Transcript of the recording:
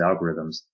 algorithms